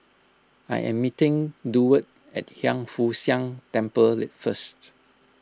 I am meeting Durward at Hiang Foo Siang Temple first